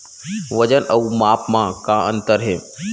वजन अउ माप म का अंतर हे?